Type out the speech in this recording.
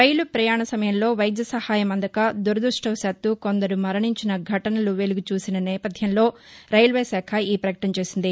రైలు పయాణ సమయంలో వైద్య సహాయం అందక దురదృష్టవశాత్తూ కొందరు మరణించిన ఘటనలు వెలుగుచూసిన నేపథ్యంలో రైల్వేకాఖ ఈ ప్రకటన చేసింది